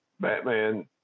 Batman